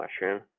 mushroom